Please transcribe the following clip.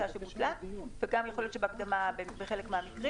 וגם יכול להיות שבהקדמה בחלק מהמקרים.